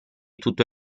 tutto